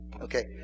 Okay